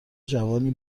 جوانی